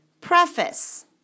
Preface